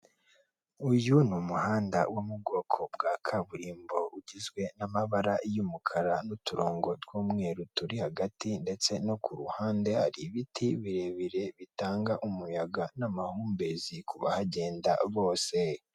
Uyu ni umuhanda wo mu bwoko bwa kaburimbo, ugizwe n'amabara y'umukara n'uturongo tw'umweru turi hagati ndetse no ku ruhande, hari ibiti birebire bitanga umuyaga n'amahumbezi ku bahagenda bose.